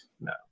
No